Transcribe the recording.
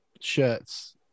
shirts